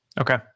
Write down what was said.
Okay